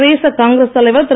பிரதேச காங்கிரஸ் தலைவர் திரு